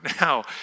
now